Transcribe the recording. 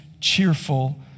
cheerful